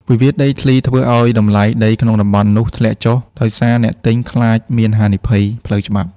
. វិវាទដីធ្លីធ្វើឱ្យតម្លៃដីក្នុងតំបន់នោះធ្លាក់ចុះ ដោយសារអ្នកទិញខ្លាចមានហានិភ័យផ្លូវច្បាប់។